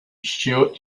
stuart